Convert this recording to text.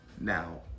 Now